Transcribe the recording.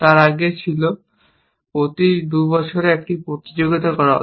তারা আগে ছিল প্রতি 2 বছরে একটি প্রতিযোগিতা হয়